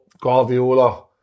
Guardiola